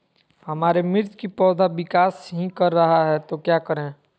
हमारे मिर्च कि पौधा विकास ही कर रहा है तो क्या करे?